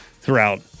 throughout